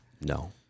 No